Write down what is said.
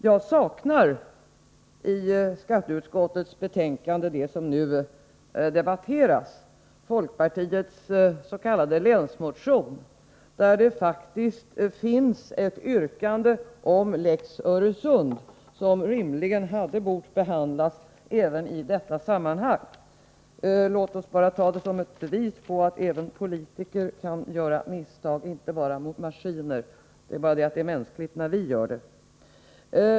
Jag saknar i det betänkande från skatteutskottet som nu debatteras folkpartiets s.k. länsmotion, där det faktiskt finns ett yrkande om ”Ilex Öresund” som rimligen borde ha behandlats i detta sammanhang. Låt oss ta det som ett bevis på att även politiker kan göra misstag, inte bara maskiner. Det är bara det att det är mänskligt när vi gör det.